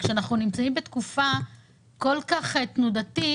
כשאנחנו נמצאים בתקופה כל כך תנודתית,